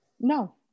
no